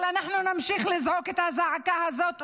אבל אנחנו נמשיך לזעוק את הזעקה הזאת,